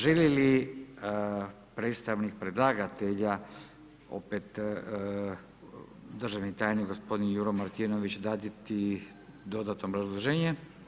Želi li predstavnik predlagatelja opet državni tajnik gospodin Juro Martinović, dati dodatno obrazloženje?